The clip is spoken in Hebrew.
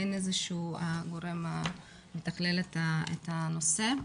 אין איזשהו גורם שמתכלל את הנושא.